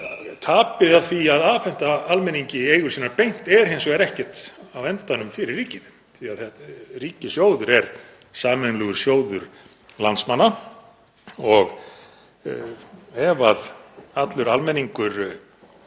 Tapið af því að afhenda almenningi eigur sínar beint er hins vegar á endanum ekkert fyrir ríkið því að ríkissjóður er sameiginlegur sjóður landsmanna og ef allur almenningur